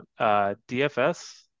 DFS